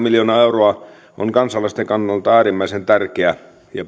miljoonaa euroa se on kansalaisten kannalta äärimmäisen tärkeä